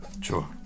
Sure